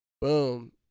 Boom